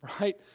right